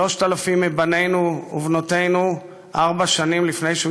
3,000 מבנינו ובנותינו ארבע שנים לפני שהוא